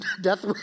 death